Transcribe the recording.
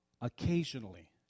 occasionally